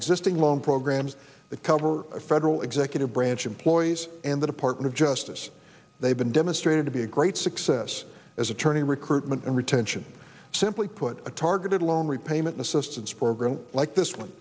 existing loan programs that cover federal executive branch employees and the department of justice they've been demonstrated to be a great success as attorney recruitment and retention simply put a targeted loan repayment assistance program like this one